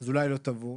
אז אולי לא תבוא.